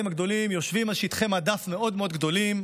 הגדולים יושבים על שטחי מדף מאוד מאוד גדולים,